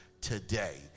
today